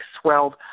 swelled